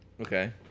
Okay